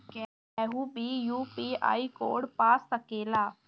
केहू भी UPI code पा सकेला?